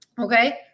Okay